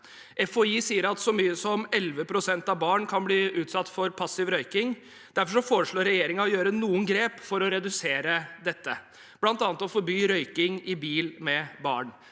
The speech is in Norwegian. FHI sier at så mye som 11 pst. av barn kan bli utsatt for passiv røyking. Derfor foreslår regjeringen å ta noen grep for å redusere dette, bl.a. å forby røyking i bil med barn.